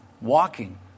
walking